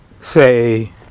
say